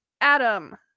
adam